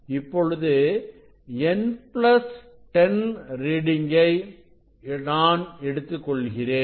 இப்பொழுது n plus 10 reading கை நான் எடுத்துக்கொள்கிறேன்